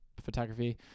photography